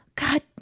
God